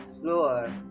slower